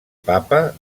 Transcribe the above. papa